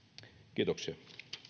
kiitoksia